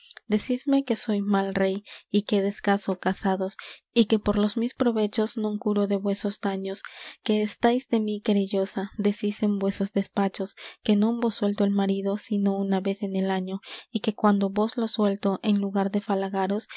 decisme que soy mal rey y que descaso casados y que por los mis provechos non curo de vuesos daños que estáis de mí querellosa decís en vuesos despachos que non vos suelto el marido sino una vez en el año y que cuando vos lo suelto en lugar de falagaros